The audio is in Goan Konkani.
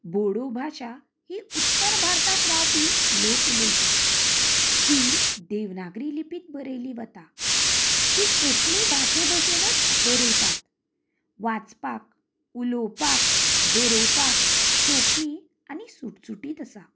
बोडो भाशा ही उत्तर भारताक रावपी लोक उलयतात ती देवनागरी लिपीक बरयल्ली वता ती कोंकणी भाशें बशेंनच बरयतात वाचपाक उलोवपाक बरोवपाक सोंपी आनी सुटसुटीत आसा